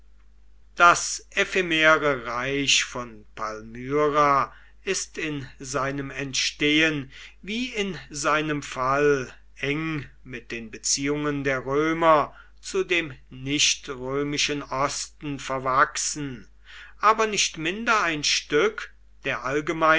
das ephemere reich von palmyra ist in seinem entstehen wie in seinem fall eng mit den beziehungen der römer zu dem nicht römischen osten verwachsen aber nicht minder ein stück der